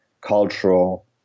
cultural